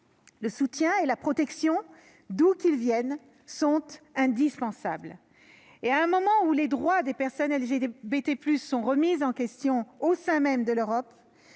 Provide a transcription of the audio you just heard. le soutien et la protection, d'où qu'ils viennent, sont indispensables. Au moment où les droits des personnes LGBT+ sont remis en cause au sein même de l'Europe,